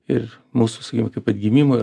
ir mūsų sakykim kaip atgimimo ir